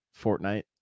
fortnite